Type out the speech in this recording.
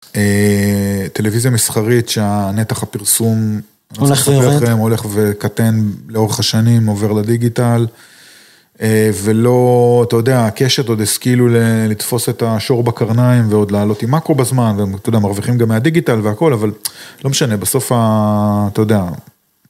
טלוויזיה מסחרית שהנתח הפרסום הולך וקטן לאורך השנים עובר לדיגיטל. ולא אתה יודע הקשת עוד השכילו לתפוס את השור בקרניים ועוד לעלות עם מקו בזמן ואתה יודע מרוויחים גם מהדיגיטל והכל אבל לא משנה בסוף אתה יודע.